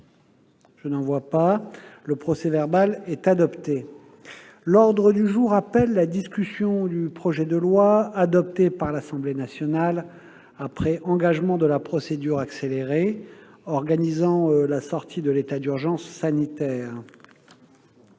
d'observation ?... Le procès-verbal est adopté. L'ordre du jour appelle la discussion du projet de loi, adopté par l'Assemblée nationale après engagement de la procédure accélérée, organisant la sortie de l'état d'urgence sanitaire